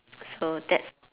so that's